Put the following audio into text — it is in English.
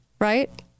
right